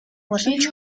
боломж